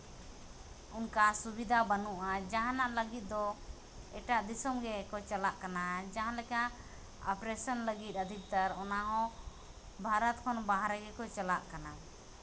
ᱚᱱᱠᱟ ᱥᱩᱵᱤᱫᱷᱟ ᱵᱟᱹᱱᱩᱜᱼᱟ ᱡᱟᱦᱟᱱᱟᱜ ᱞᱟᱹᱜᱤᱫ ᱫᱚ ᱮᱴᱟᱜ ᱫᱤᱥᱚᱢ ᱜᱮᱠᱚ ᱪᱟᱞᱟᱜ ᱠᱟᱱᱟ ᱡᱟᱦᱟᱸ ᱞᱮᱠᱟ ᱚᱯᱟᱨᱮᱥᱚᱱ ᱞᱟᱹᱜᱤᱫ ᱟᱫᱷᱤᱠᱛᱟᱨ ᱚᱱᱟ ᱦᱚᱸ ᱵᱷᱟᱨᱚᱛ ᱠᱷᱚᱱ ᱵᱟᱦᱨᱮ ᱜᱮᱠᱚ ᱪᱟᱞᱟᱜ ᱠᱟᱱᱟ